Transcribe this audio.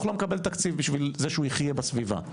לא מקבל תקציב בשביל זה שהוא יחיה בסביבה.